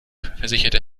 versicherte